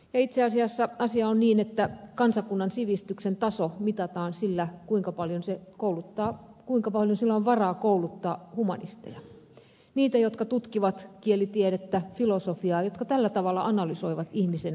itse asiassa asia on niin että kansakunnan sivistyksen taso mitataan sillä kuinka paljon sillä on varaa kouluttaa humanisteja niitä jotka tutkivat kielitiedettä filosofiaa jotka tällä tavalla analysoivat ihmisen ajattelua